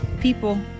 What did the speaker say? people